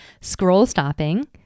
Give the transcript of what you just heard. scroll-stopping